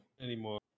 anymore